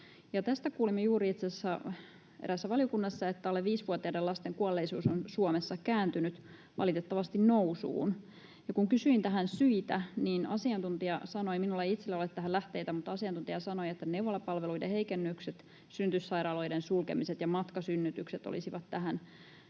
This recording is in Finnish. Tästä kuulimme juuri itse asiassa eräässä valiokunnassa, että alle viisivuotiaiden lasten kuolleisuus on Suomessa kääntynyt valitettavasti nousuun, ja kun kysyin tähän syitä, niin asiantuntija sanoi — minulla itselläni ei ole tähän lähteitä, mutta asiantuntija sanoi — että neuvolapalveluiden heikennykset, synnytyssairaaloiden sulkemiset ja matkasynnytykset olisivat tähän